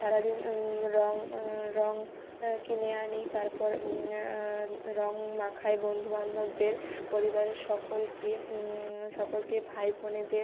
সারা দিন রঙ রঙ কিনে আনি তারপর রঙ মাখাই বন্ধু বান্ধবদের পরিবারের সকলকে সকলকে ভাই বোনেদের